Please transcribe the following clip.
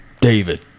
David